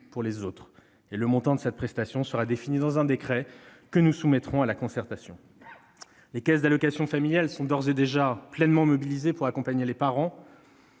-pour les autres. Le montant de cette prestation sera défini dans un décret que nous soumettrons à la concertation. Les caisses d'allocations familiales (CAF) sont d'ores et déjà pleinement mobilisées pour accompagner les parents,